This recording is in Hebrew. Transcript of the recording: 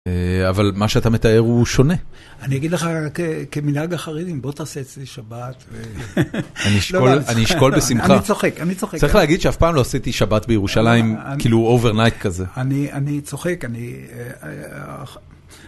א... אבל מה שאתה מתאר הוא שונה. אני אגיד לך כמנהג החרדים, בוא תעשה אצלי שבת. אני אשכול בשמחה. אני צוחק, אני צוחק. צריך להגיד שאף פעם לא עשיתי שבת בירושלים כאילו אוברנייט כזה. אני צוחק, אני...